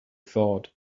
thought